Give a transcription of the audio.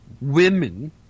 women